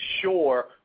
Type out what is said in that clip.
sure